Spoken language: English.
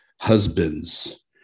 husbands